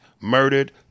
murdered